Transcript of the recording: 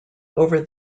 over